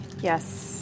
Yes